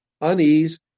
unease